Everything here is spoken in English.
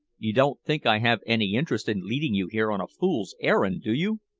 you don't think i have any interest in leading you here on a fool's errand, do you?